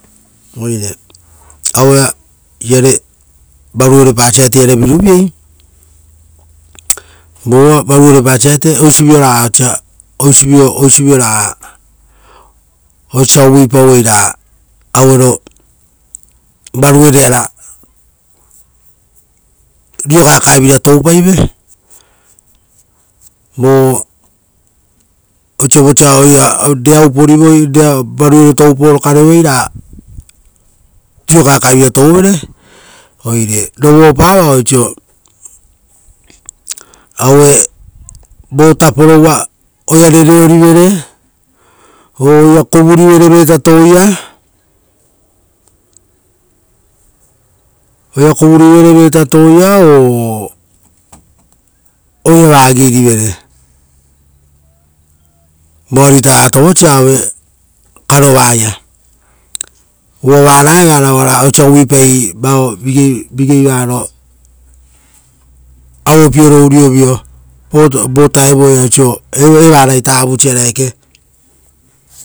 Aue iare varuerepa varataiare viruviei. Vo varuerepa riro kaekaevira tou vo-. Oisio vosa varuereto upori ra riro kaekaevira tourevere. oire rovopa vao oisio, oira rereorivere o-oir kuvurivere veta touia o-oira vagi rivere, voarita va tovosia, aue karovaia. Uvva vara eva osa uvuipai ra varuarekare oripape.